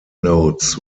notes